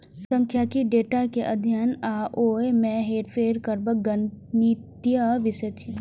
सांख्यिकी डेटा के अध्ययन आ ओय मे हेरफेर करबाक गणितीय विषय छियै